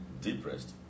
depressed